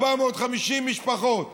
450 משפחות,